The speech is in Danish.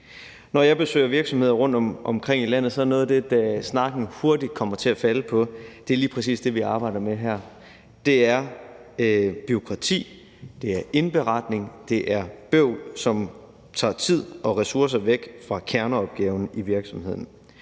Når jeg besøger virksomheder rundtomkring i landet, er noget af det, snakken hurtigt kommer til at falde på, lige præcis det, vi arbejder med her – det er bureaukrati, det er indberetning, det er bøvl, som tager tid og ressourcer væk fra kerneopgaven i virksomheden.